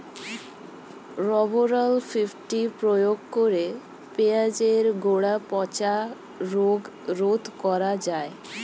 Rovral fifty প্রয়োগ করে পেঁয়াজের গোড়া পচা রোগ রোধ করা যায়?